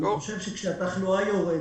אני חושב שכאשר התחלואה יורדת,